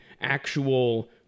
actual